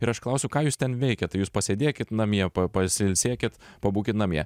ir aš klausiu ką jūs ten veikiat tai jūs pasėdėkit namie pa pasiilsėkit pabūkit namie